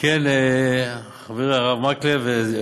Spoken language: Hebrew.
חברי, הרב מקלב.